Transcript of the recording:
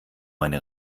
meine